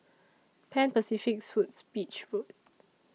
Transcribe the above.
Pan Pacific Suites Beach Road